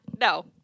no